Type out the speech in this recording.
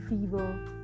Fever